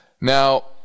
Now